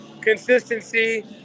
consistency